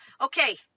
okay